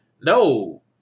no